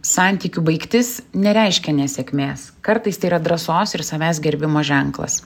santykių baigtis nereiškia nesėkmės kartais tai yra drąsos ir savęs gerbimo ženklas